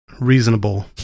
reasonable